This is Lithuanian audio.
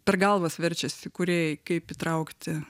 per galvas verčiasi kūrėjai kaip įtraukti